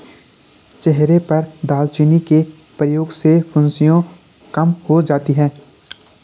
चेहरे पर दालचीनी के प्रयोग से फुंसियाँ कम हो जाती हैं